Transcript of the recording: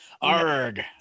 Arg